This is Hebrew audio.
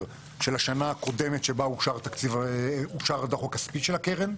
של השנה הקודמת שבה אושר הדוח הכספי של הקרן,